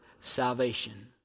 salvation